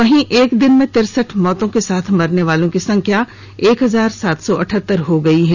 वहीं एक दिन में तिरसठ मौतों के साथ मरने वालों की संख्या एक हजार सात सौ अठहत्तर हो गई है